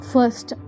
First